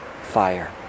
fire